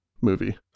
movie